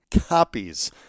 copies